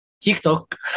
TikTok